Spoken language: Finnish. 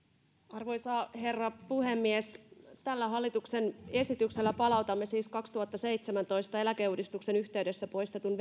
arvoisa herra puhemies tällä hallituksen esityksellä palautamme siis kaksituhattaseitsemäntoista eläkeuudistuksen yhteydessä poistetun